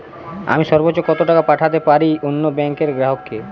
আমি সর্বোচ্চ কতো টাকা পাঠাতে পারি অন্য ব্যাংক র গ্রাহক কে?